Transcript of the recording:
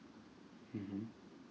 mmhmm